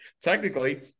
technically